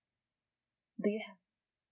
do you have